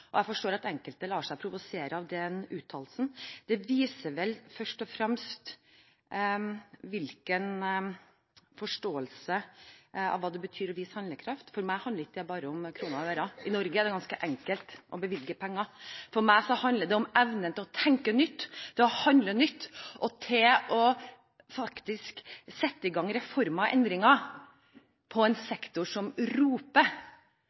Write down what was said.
og jeg forstår at enkelte lar seg provosere av den uttalelsen. Det viser vel først og fremst hvilken forståelse en har av hva det betyr å vise handlekraft. For meg handler det ikke bare om kroner og øre – i Norge er det ganske enkelt å bevilge penger. For meg handler det om evnen til å tenke nytt, til å handle nytt og til faktisk å sette i gang reformer og endringer i en sektor som roper